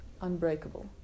unbreakable